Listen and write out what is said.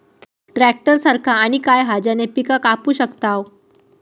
Tractor सारखा आणि काय हा ज्याने पीका कापू शकताव?